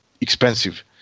expensive